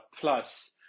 plus